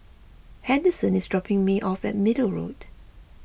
Henderson is dropping me off at Middle Road